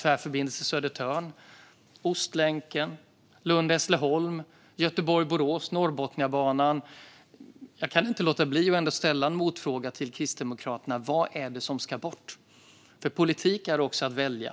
Tvärförbindelse Södertörn, Ostlänken, Lund-Hässleholm, Göteborg-Borås, Norrbotniabanan - jag kan inte låta bli att ändå ställa en motfråga till Kristdemokraterna: Vad är det som ska bort? För politik är också att välja.